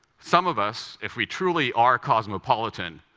some of us, if we truly are cosmopolitan,